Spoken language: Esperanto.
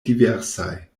diversaj